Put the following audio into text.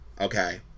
okay